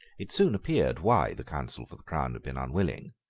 it soon appeared why the counsel for the crown had been unwilling,